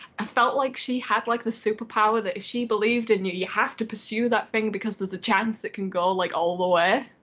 i felt like she had like the superpower that if she believed and you you have to pursue that thing because there's a chance it can go like all the way.